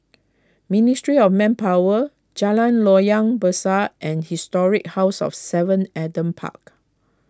Ministry of Manpower Jalan Loyang Besar and Historic House of Seven Adam Park